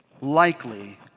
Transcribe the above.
likely